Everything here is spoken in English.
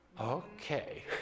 Okay